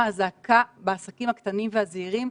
לשמוע את הרעיונות הטובים של כולם.